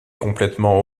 complètement